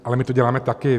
Ale my to děláme taky.